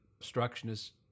obstructionist